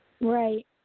Right